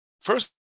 first